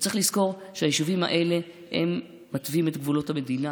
וצריך לזכור שהיישובים האלה מתווים את גבולות המדינה.